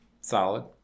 Solid